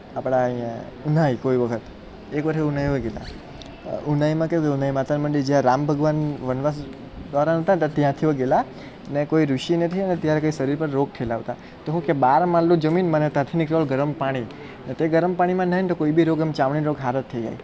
આપણા અહીંયાં ઉનાઈ કોઈ વખત એક વખત ઉનાઈ વહી ગયા હતા ઉનાઈમાં કેવું થયું ને એ માતાનું મંદિર જે આ રામ ભગવાન વનવાસ દ્વારા હતાને તા ત્યાંથી વહી ગએલા અને કોઈ ઋષિને છેને ત્યારે કાંઈ શરીર પર રોગ થએલા આવતા તો હું કે બાર માલનું જમીન મને ત્યાંથી નીકળવાનું ગરમ પાણી ને તે ગરમ પાણીમાં નાહીને ને તો કોઈ બી રોગ આમ ચામડીનો રોગ સારો જ થઈ જાય